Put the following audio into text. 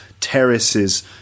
terraces